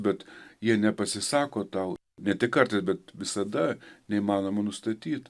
bet jie nepasisako tau ne tik kartais bet visada neįmanoma nustatyt